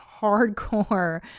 hardcore